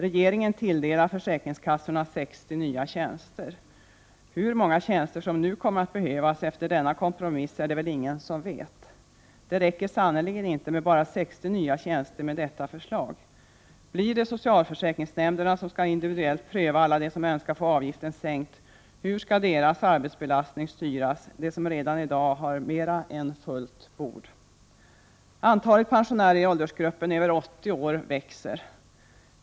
Regeringen tilldelar försäkringskassorna 60 nya tjänster. Hur många tjänster som kommer att behövas efter denna kompromiss är det väl ingen som vet. Det räcker sannerligen inte med bara 60 nya tjänster med detta förslag. Hur skall det bli med arbetsbelastningen i socialförsäkringsnämnderna, om det nu blir dessa som skall göra en individuell prövning av alla de ärenden där man önskar få avgiften sänkt? De här nämnderna har ju redan i dag mer än fullt bord. Antalet pensionärer i åldersgruppen 80 år och äldre ökar.